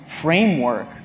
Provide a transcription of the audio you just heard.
framework